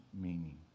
meaning